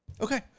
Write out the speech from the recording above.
Okay